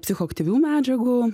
psichoaktyvių medžiagų